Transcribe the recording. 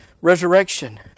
resurrection